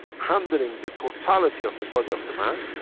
handling the totality of the body of the man